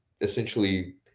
essentially